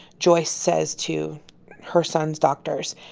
joyce says to her son's doctors.